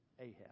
Ahab